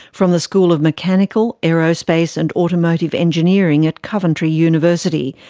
from the school of mechanical, aerospace and automotive engineering at coventry university.